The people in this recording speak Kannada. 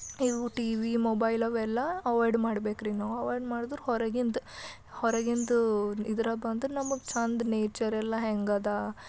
ನೀವು ಟಿವಿ ಮೊಬೈಲ್ ಅವೆಲ್ಲ ಅವಾಯ್ಡ್ ಮಾಡ್ಬೇಕ್ರಿ ನಾವು ಅವಾಯ್ಡ್ ಮಾಡಿದ್ರೆ ಹೊರಗಿಂದ ಹೊರಗಿಂದ ಇದ್ರಲ್ಲಿ ಬಂದು ನಮಗೆ ಚೆಂದ ನೇಚರ್ ಎಲ್ಲ ಹೆಂಗದಾ